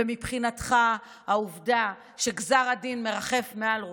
ומבחינתך העובדה שגזר הדין מרחף מעל ראשך,